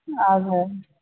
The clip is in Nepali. हजुर